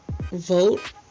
vote